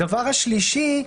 הדבר השלישי,